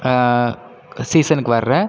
சீசனுக்கு வர